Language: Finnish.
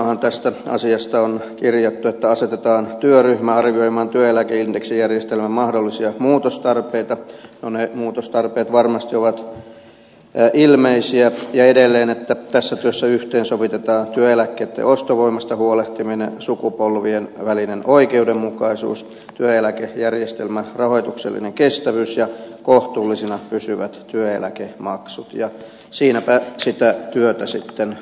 hallitusohjelmaanhan tästä asiasta on kirjattu että asetetaan työryhmä arvioimaan työeläkeindeksijärjestelmän mahdollisia muutostarpeita no ne muutostarpeet varmasti ovat ilmeisiä ja edelleen että tässä työssä yhteensovitetaan työeläkkeitten ostovoimasta huolehtiminen sukupolvien välinen oikeudenmukaisuus työeläkejärjestelmän rahoituksellinen kestävyys ja kohtuullisina pysyvät työeläkemaksut ja siinäpä sitä työtä sitten onkin